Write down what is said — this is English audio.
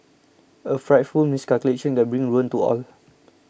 a frightful miscalculation can bring ruin to all